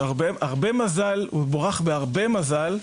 הוא בורך בהרבה מזל.